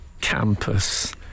Campus